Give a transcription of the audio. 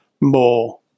more